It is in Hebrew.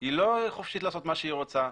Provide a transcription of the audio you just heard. היא לא חופשית לעשות מה שהיא רוצה.